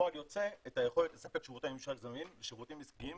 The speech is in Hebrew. וכפועל יוצא את היכולת לספק שירותי ממשל זמין ושירותים עסקיים